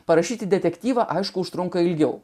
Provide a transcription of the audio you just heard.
parašyti detektyvą aišku užtrunka ilgiau